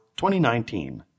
2019